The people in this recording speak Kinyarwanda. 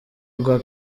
rwa